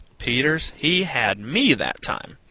peters, he had me, that time.